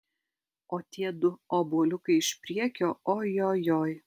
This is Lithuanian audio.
o tiedu obuoliukai iš priekio ojojoi